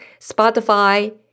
Spotify